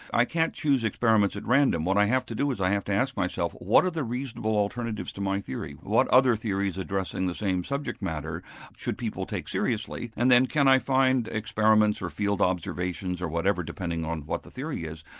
i can't choose experiments at random. what i have to do is i have to ask myself what are the reasonable alternatives to my theory? what other theories addressing the same subject matter should people take seriously, and then can i find experiments or field observations or whatever, depending on what the theory is,